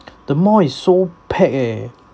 the mall is so packed eh